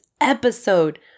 episode